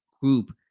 group